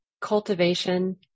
cultivation